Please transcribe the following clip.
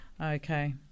Okay